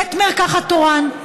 בית מרקחת תורן.